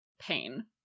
pain